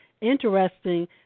interesting